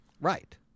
Right